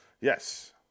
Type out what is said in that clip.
Yes